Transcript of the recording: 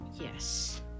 yes